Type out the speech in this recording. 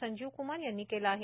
संजीव कुमार यांनी केले आहे